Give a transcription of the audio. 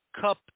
Cup